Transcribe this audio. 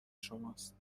شماست